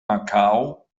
macau